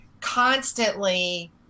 constantly